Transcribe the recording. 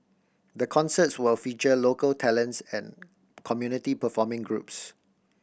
the concerts will feature local talents and community performing groups